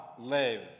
Live